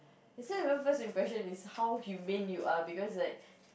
this one is not first impression is how humane you are because like